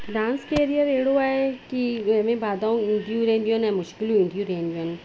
dance career अहिड़ो आहे की जंहिंमें बाधाऊं ईदियूं रहंदियूं आहिनि ऐं मुश्किलूं ईंदियूं रहंदियूं आहिनि